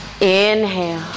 Inhale